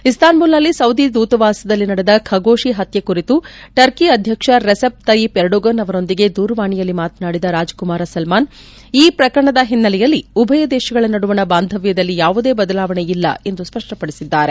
ಇಸ್ತಾನ್ಬುಲ್ನಲ್ಲಿ Saudi ದೂತವಾಸದಲ್ಲಿ ನಡೆದ Khashoggi ಹತ್ಯೆ ಕುರಿತು ಟರ್ಕಿ ಅಧ್ಯಕ್ಷ ರೆಸೆಪ್ ತಯ್ಯೀಪ್ ಎರ್ಡೋಗನ್ ಅವರೊಂದಿಗೆ ದೂರವಾಣಿಯಲ್ಲಿ ಮಾತನಾಡಿದ ರಾಜಕುಮಾರ ಸಲ್ಮಾನ್ ಈ ಪ್ರಕರಣದ ಹಿನ್ನೆಲೆಯಲ್ಲಿ ಉಭಯ ದೇಶಗಳ ನಡುವಣ ಬಾಂಧವ್ಯದಲ್ಲಿ ಯಾವುದೇ ಬದಲಾವಣೆ ಇಲ್ಲ ಎಂದು ಸ್ಪ ಷ್ವಪದಿಸಿದ್ದಾರೆ